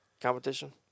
competition